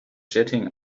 jetting